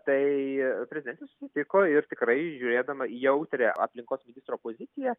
tai prezidentė susitiko ir tikrai žiūrėdama į jautrią aplinkos ministro poziciją